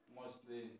mostly